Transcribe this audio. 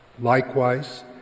Likewise